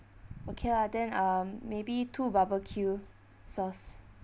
okay lah then um maybe two barbecue sauce